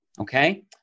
Okay